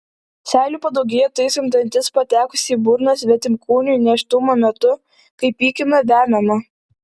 seilių padaugėja taisant dantis patekus į burną svetimkūniui nėštumo metu kai pykina vemiama